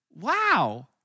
wow